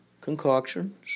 concoctions